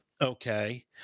Okay